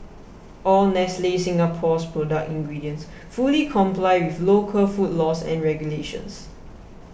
all Nestle Singapore's product ingredients fully comply with local food laws and regulations